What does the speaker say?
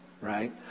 right